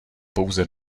pouze